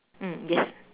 mm yes